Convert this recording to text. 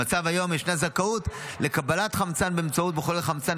במצב היום ישנה זכאות לקבלת חמצן באמצעות מחולל חמצן,